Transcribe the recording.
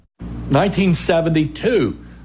1972